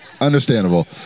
Understandable